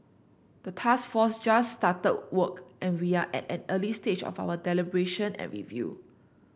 the task force just started work and we are at an early stage of our deliberation and review